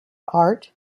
art